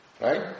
right